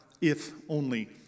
if-only